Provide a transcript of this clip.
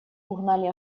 угнали